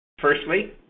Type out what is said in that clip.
Firstly